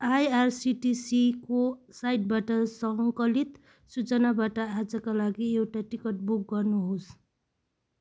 आइआरसिटिसीको साइटबाट सङ्कलित सूचनाबाट आजका लागि एउटा टिकट बुक गर्नुहोस्